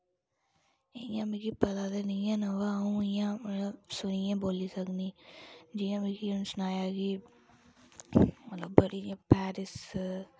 इयां मिकी पता ते नेईं ऐ नां वा आऊं इयां मतलब सुनियै बोल्ली सकनी जि'यां मिकी उन्न सनाया कि मतलब बड़ी इयां पैरिस